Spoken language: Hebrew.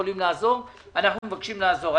יש דברים שאנחנו יכולים לעזור ואנחנו מבקשים לעזור.